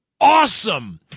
Awesome